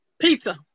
Pizza